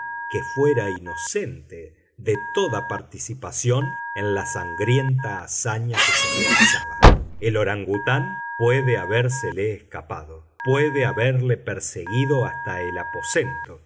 que fuera inocente de toda participación en la sangrienta hazaña que se realizaba el orangután puede habérsele escapado puede haberle perseguido hasta el aposento